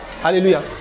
Hallelujah